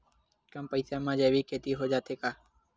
कम पईसा मा जैविक खेती हो जाथे का?